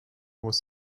was